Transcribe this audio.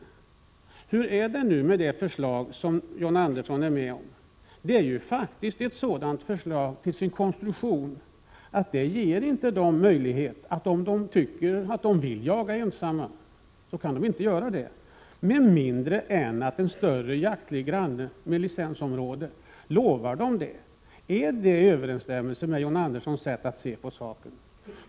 Men hur är det då med det förslag som John Andersson ansluter sig till? Till sin konstruktion är förslaget faktiskt sådant att det inte ger de mindre markägarna möjlighet att jaga ensamma, om de nu skulle vilja göra det, med mindre än att en större jaktlig granne med licensområde lovar dem det. Överensstämmer det med John Anderssons synsätt i detta sammanhang?